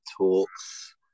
talks